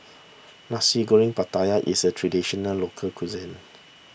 Nasi Goreng Pattaya is a Traditional Local Cuisine